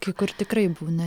kai kur tikrai būna